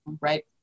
right